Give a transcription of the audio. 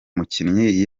mukinnyi